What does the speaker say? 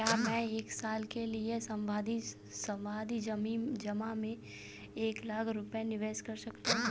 क्या मैं एक साल के लिए सावधि जमा में एक लाख रुपये निवेश कर सकता हूँ?